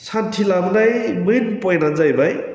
सान्थि लाबोनाय मेन पयेन्टनानो जाहैबाय